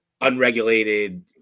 unregulated